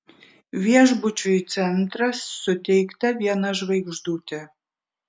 viešbučiui centras suteikta viena žvaigždutė